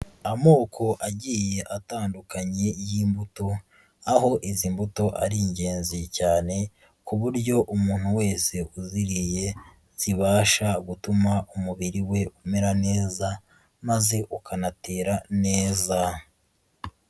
Amoko agiye atandukanye y'imbuto, aho izi mbuto ari ingenzi cyane ku buryo umuntu wese uziriye zibasha gutuma umubiri we umera neza, maze ukanatera neza.